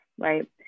right